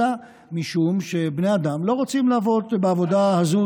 אלא משום שבני אדם לא רוצים לעבוד בעבודה הזו,